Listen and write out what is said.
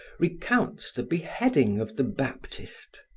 recounts the beheading of the baptist!